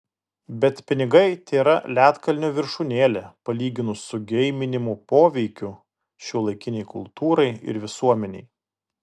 bet pinigai tėra ledkalnio viršūnėlė palyginus su geiminimo poveikiu šiuolaikinei kultūrai ir visuomenei